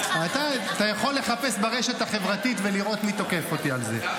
אתה יכול לחפש ברשת החברתית ולראות מי תוקף אותי על זה.